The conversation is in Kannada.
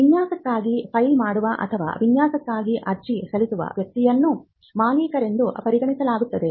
ವಿನ್ಯಾಸಕ್ಕಾಗಿ ಫೈಲ್ ಮಾಡುವ ಅಥವಾ ವಿನ್ಯಾಸಕ್ಕಾಗಿ ಅರ್ಜಿ ಸಲ್ಲಿಸುವ ವ್ಯಕ್ತಿಯನ್ನು ಮಾಲೀಕರೆಂದು ಪರಿಗಣಿಸಲಾಗುತ್ತದೆ